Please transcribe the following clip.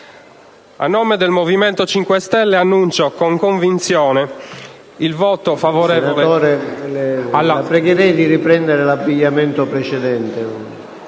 a nome del Movimento 5 Stelle annunzio con convinzione il voto favorevole... PRESIDENTE. Senatore, la pregherei di riprendere l'abbigliamento precedente.